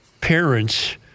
parents